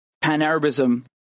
Pan-Arabism